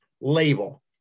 label